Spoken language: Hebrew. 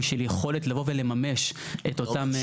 של יכולת לבוא ולממש את אותם היטלים.